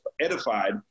edified